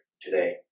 today